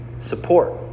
support